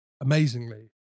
amazingly